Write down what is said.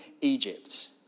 Egypt